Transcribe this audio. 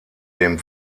dem